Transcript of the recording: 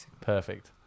Perfect